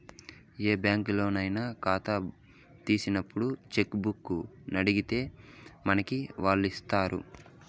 ఏ బ్యాంకులోనయినా కాతా తీసినప్పుడు చెక్కుబుక్కునడిగితే మనకి వాల్లిస్తారు